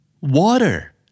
Water